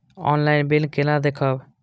Online bill केना देखब?